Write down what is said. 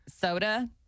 soda